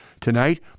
Tonight